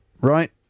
right